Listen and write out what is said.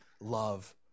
love